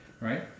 Right